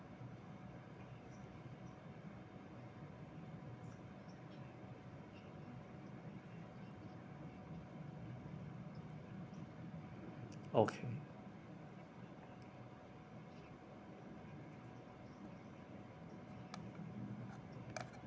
okay